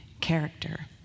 character